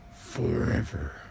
forever